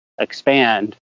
expand